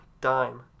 dime